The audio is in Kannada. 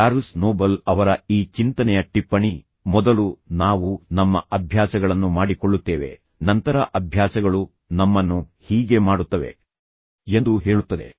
ಚಾರ್ಲ್ಸ್ ನೋಬಲ್ ಅವರ ಈ ಚಿಂತನೆಯ ಟಿಪ್ಪಣಿ ಮೊದಲು ನಾವು ನಮ್ಮ ಅಭ್ಯಾಸಗಳನ್ನು ಮಾಡಿಕೊಳ್ಳುತ್ತೇವೆ ನಂತರ ಅಭ್ಯಾಸಗಳು ನಮ್ಮನ್ನು ಹೀಗೆ ಮಾಡುತ್ತವೆ ಎಂದು ಹೇಳುತ್ತದೆ